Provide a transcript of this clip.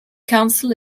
council